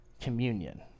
communion